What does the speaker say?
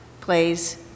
plays